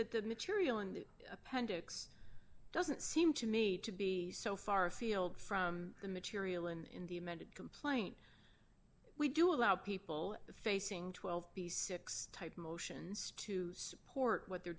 that the material in the appendix doesn't seem to me to be so far afield from the material in the amended complaint we do allow people facing twelve b six type motions to support what they're